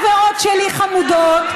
חברות שלי חמודות.